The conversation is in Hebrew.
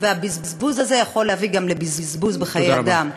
והבזבוז הזה יכול להביא גם לבזבוז בחיי אדם.